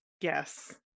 Yes